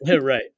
right